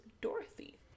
Dorothy